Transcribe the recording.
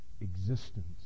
existence